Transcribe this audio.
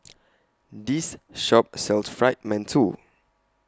This Shop sells Fried mantou